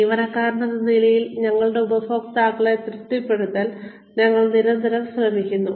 ജീവനക്കാരെന്ന നിലയിൽ ഞങ്ങളുടെ ഉപഭോക്താക്കളെ തൃപ്തിപ്പെടുത്താൻ ഞങ്ങൾ നിരന്തരം ശ്രമിക്കുന്നു